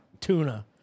tuna